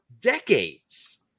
decades